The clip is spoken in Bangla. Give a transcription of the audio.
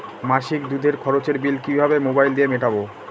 মাসিক দুধের খরচের বিল কিভাবে মোবাইল দিয়ে মেটাব?